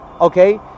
okay